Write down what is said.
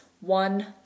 one